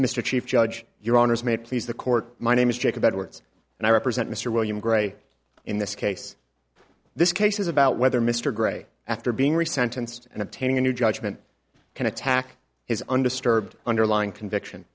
mr chief judge your honors may please the court my name is jacob edwards and i represent mr william gray in this case this case is about whether mr gray after being resign tensed and obtaining a new judgment can attack his undisturbed underlying conviction